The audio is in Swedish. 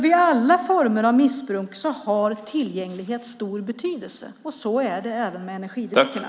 Vid alla former av missbruk har tillgänglighet stor betydelse. Så är det även med energidryckerna.